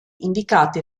indicati